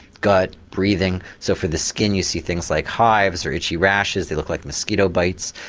gut, breathing so for the skin you see things like hives or itchy rashes that look like mosquito bites,